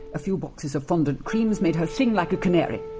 a few boxes of fondant creams made her sing like a canary.